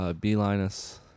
B-Linus